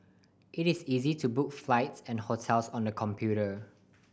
it is easy to book flights and hotels on the computer